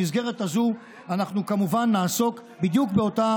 במסגרת הזו אנחנו כמובן נעסוק בדיוק באותה